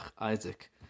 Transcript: Isaac